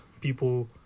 People